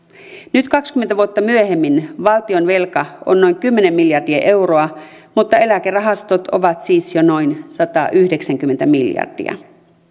nyt kaksikymmentä vuotta myöhemmin valtionvelka on noin kymmenen miljardia euroa mutta eläkerahastot ovat siis jo noin satayhdeksänkymmentä miljardia